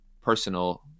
personal